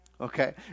Okay